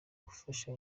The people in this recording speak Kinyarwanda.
gufasha